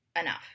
enough